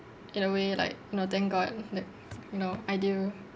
in a way like you know thank god that you know ideal